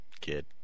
kid